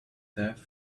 death